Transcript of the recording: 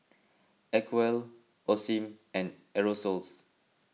Acwell Osim and Aerosoles